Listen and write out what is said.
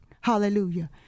Hallelujah